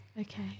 Okay